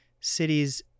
cities